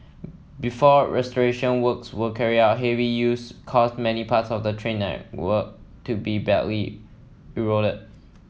before restoration works were carried out heavy use caused many parts of the trail network to be badly eroded